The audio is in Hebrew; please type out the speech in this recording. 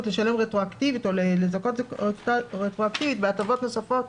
לשלם רטרואקטיבית או לזכות רטרואקטיבית בהטבות נוספות,